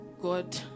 God